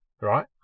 right